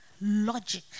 logic